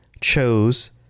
chose